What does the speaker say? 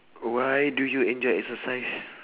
why do you enjoy exercise